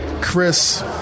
Chris